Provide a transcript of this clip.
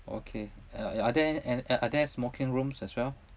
okay uh yeah are there any are there smoking rooms as well